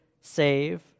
save